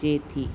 अचे थी